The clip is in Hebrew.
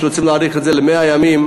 שרוצים להאריך את זה ל-100 ימים,